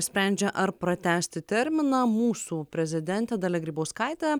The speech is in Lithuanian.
sprendžia ar pratęsti terminą mūsų prezidentė dalia grybauskaitė